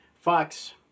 Fox